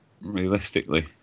realistically